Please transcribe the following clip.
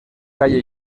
calle